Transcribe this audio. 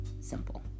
simple